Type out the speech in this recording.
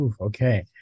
okay